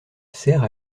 sert